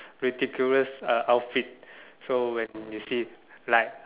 ridiculous uh outfit so when you see like